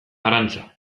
arantza